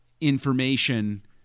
information